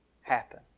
happen